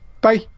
Bye